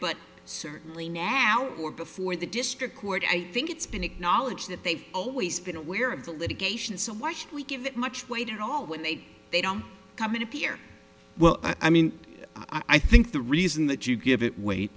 but certainly now or before the district court i think it's been acknowledged that they've always been aware of the litigation so why should we give that much weight at all when they they don't come in here well i mean i think the reason that you give it w